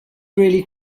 really